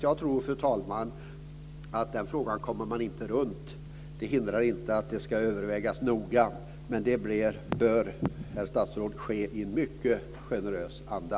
Jag tror, fru talman, att man inte kommer ifrån den frågan. Detta bör övervägas noga, herr statsråd, och i en mycket generös anda.